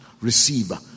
receive